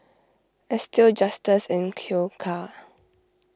Estill Justus and Q car